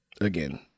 again